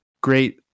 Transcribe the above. great